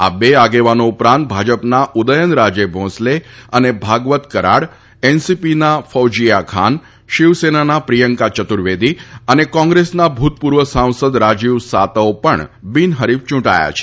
આ બે આગેવાનો ઉપરાંત ભાજપના ઉદયનરાજે ભોંસલે અને ભાગવત કરાડ એનસીપીના ફૌજીયાખાન શિવસેનાના પ્રિયંકા યતુર્વેદી અને કોંગ્રેસના ભૂતપૂર્વ સાંસદ રાજીવ સાતવ પણ બિનહરીફ ચૂંટાયા છે